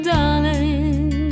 Darling